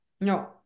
No